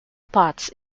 potts